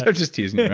but just teasing